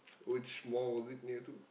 which mall was it near to